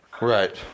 right